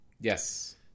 yes